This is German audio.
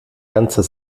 ganzer